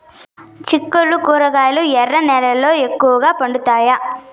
చిక్కుళ్లు కూరగాయలు ఎర్ర నేలల్లో ఎక్కువగా పండుతాయా